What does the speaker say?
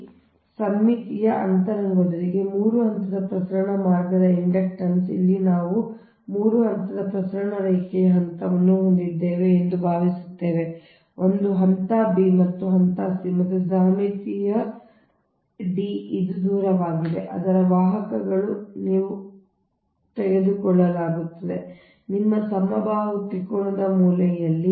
ಆದ್ದರಿಂದ ಮುಂದಿನದು ಸಮ್ಮಿತೀಯ ಅಂತರದೊಂದಿಗೆ 3 ಹಂತದ ಪ್ರಸರಣ ಮಾರ್ಗದ ಇಂಡಕ್ಟನ್ಸ್ ಇಲ್ಲಿ ನಾವು 3 ಹಂತದ ಪ್ರಸರಣ ರೇಖೆಯ ಹಂತವನ್ನು ಹೊಂದಿದ್ದೇವೆ ಎಂದು ಭಾವಿಸುತ್ತೇವೆ ಒಂದು ಹಂತ b ಹಂತ c ಮತ್ತು ಸಮ್ಮಿತೀಯ ಅಂತರ d ಇದು ದೂರವಾಗಿದೆ ಅದರ ವಾಹಕಗಳು ನೀವು ಕುಳಿತಿದ್ದೀರಿ ಎಂದು ಹೇಳಲಾಗುತ್ತದೆ ನಿಮ್ಮ ಸಮಬಾಹು ತ್ರಿಕೋನದ ಮೂಲೆಯಲ್ಲಿ